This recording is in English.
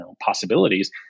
possibilities